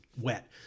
wet